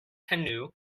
canoe